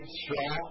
straw